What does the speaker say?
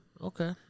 Okay